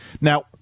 Now